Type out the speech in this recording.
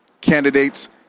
candidates